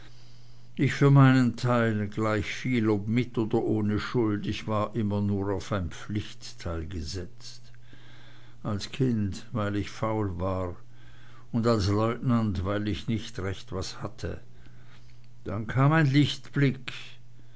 ich für meinen teil gleichviel ob mit oder ohne schuld ich war immer nur auf ein pflichtteil gesetzt als kind weil ich faul war und als leutnant weil ich nicht recht was hatte dann kam ein lichtblick